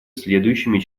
следующими